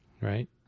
right